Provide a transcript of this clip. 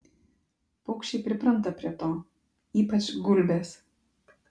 paukščiai pripranta prie to ypač gulbės